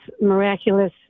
miraculous